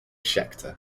scheckter